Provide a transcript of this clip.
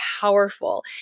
powerful